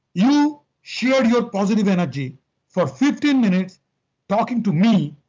you share your positive energy for fifteen minutes talking to me